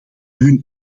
hun